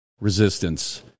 resistance